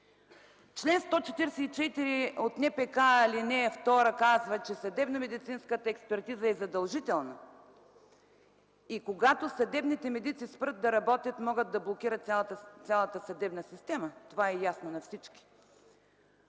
Член 144, от НПК, ал. 2 казва, че съдебномедицинската експертиза е задължителна, и когато съдебните медици спрат да работят, могат да блокират цялата съдебна система – това е ясно на всички.